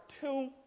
two